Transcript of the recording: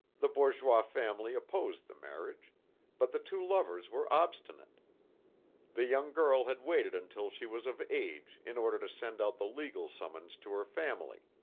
the bourgeois family opposed the marriage but the two lovers were obstinate the young girl had waited until she was of age in order to send out the legal summons to her family.